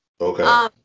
Okay